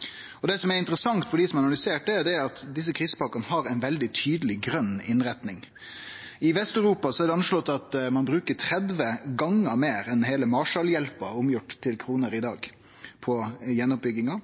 globalt. Det som er interessant for dei som har analysert dette, er at desse krisepakkene har ei veldig tydeleg grøn innretning. I Vest-Europa er det anslått at ein bruker 30 gongar meir enn heile Marshall-hjelpa, gjort om til kroner i dag, på gjenoppbygginga.